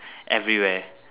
everywhere